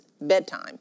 bedtime